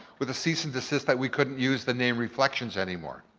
with a cease and desist that we couldn't use the name reflections anymore.